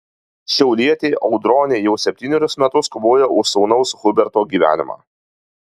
šiaulietė audronė jau septynerius metus kovoja už sūnaus huberto gyvenimą